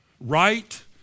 Right